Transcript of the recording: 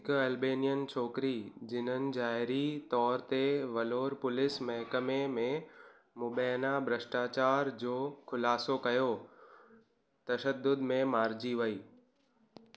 हिकु अल्बेनियन छोकिरी जिन्हनि ज़ाहिरी तौरु ते वलोर पुलिस महिकमे में मुबैना भ्रष्टाचार जो खु़लासो कयो तशदुद में मारिजी वेई